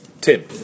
Tim